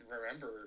remember